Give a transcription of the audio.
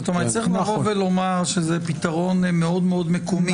זאת אומרת שצריך לומר שזה פתרון מאוד מאוד מקומי.